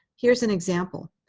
here's an example.